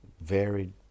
varied